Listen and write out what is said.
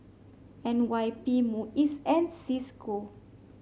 N Y P MUIS and Cisco